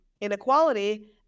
inequality